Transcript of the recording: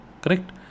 Correct